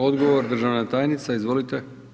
Odgovor, državna tajnica, izvolite.